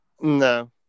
No